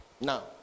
now